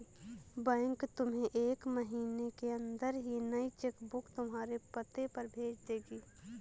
bank तुम्हें एक महीने के अंदर ही नई चेक बुक तुम्हारे पते पर भेज देगी